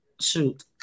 Shoot